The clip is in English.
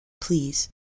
Please